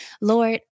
Lord